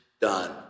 done